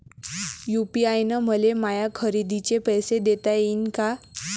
UPI न मले माया खरेदीचे पैसे देता येईन का?